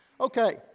Okay